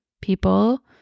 people